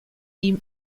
ihm